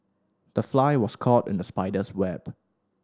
the fly was caught in the spider's web